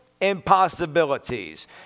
impossibilities